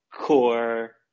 core